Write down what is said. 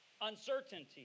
Uncertainty